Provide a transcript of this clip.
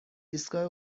ایستگاه